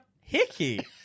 hickey